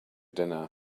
dinner